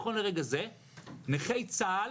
נכון לרגע זה נכי צה"ל